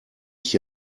ich